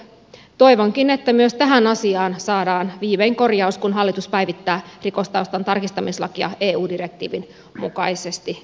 toivonkin että myös tähän asiaan saadaan viimein korjaus kun hallitus päivittää rikostaustan tarkistamislakia eu direktiivin mukaisesti syysistuntokaudella